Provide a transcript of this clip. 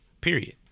Period